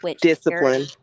Discipline